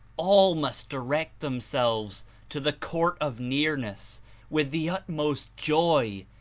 all must direct them selves to the court of nearness with the utmost joy,